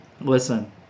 listen